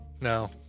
no